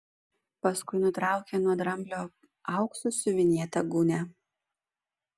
paskui nutraukė nuo dramblio auksu siuvinėtą gūnią